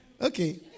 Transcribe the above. Okay